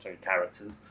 characters